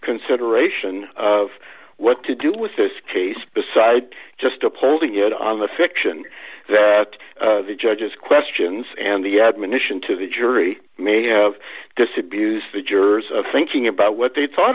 consideration of what to do with this case besides just upholding it on the fiction that the judge's questions and the admonition to the jury may have disabuse the jurors of thinking about what they thought